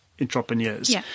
entrepreneurs